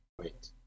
Wait